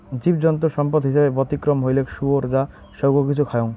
জীবজন্তু সম্পদ হিছাবে ব্যতিক্রম হইলেক শুয়োর যা সৌগ কিছু খায়ং